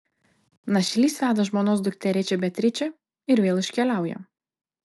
našlys veda žmonos dukterėčią beatričę ir vėl iškeliauja